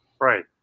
right